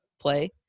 play